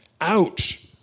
Ouch